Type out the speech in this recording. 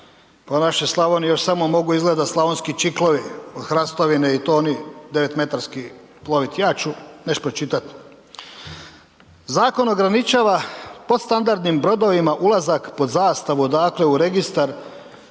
u našoj Slavoniji još samo mogu izgleda slavonski čiklovi od hrastovine i to oni 9 metarski plovit. Ja ću neš pročitat. Zakon ograničava podstandardnim brodovima ulazak pod zastavu, dakle u registar.